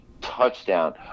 Touchdown